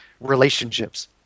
relationships